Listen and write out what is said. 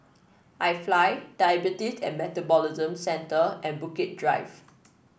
IFly Diabetes and Metabolism Centre and Bukit Drive